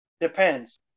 Depends